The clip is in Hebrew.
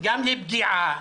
גם לפגיעה,